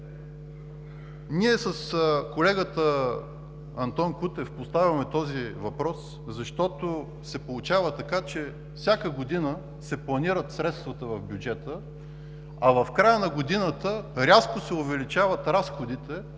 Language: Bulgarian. Ние с колегата Антон Кутев поставяме този въпрос, защото се получава така, че всяка година се планират средствата в бюджета, а в края на годината рязко се увеличават разходите